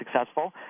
successful